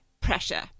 pressure